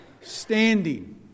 standing